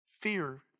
fear